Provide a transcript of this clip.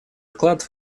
вклад